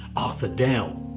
arthur dow.